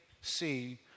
see